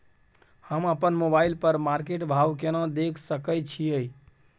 हम अपन मोबाइल पर मार्केट भाव केना देख सकै छिये?